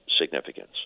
significance